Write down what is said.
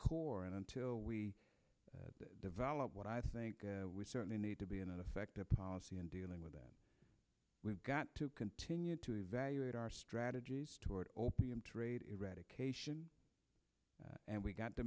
core and until we develop what i think we certainly need to be an effective policy in dealing with that we've got to continue to evaluate our strategies toward opium trade eradication and we've got to